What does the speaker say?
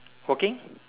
working